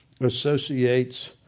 associates